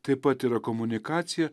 taip pat yra komunikacija